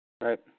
Right